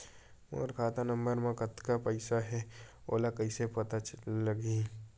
मोर खाता नंबर मा कतका पईसा हे ओला कइसे पता लगी?